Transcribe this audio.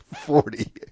Forty